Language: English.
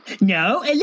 No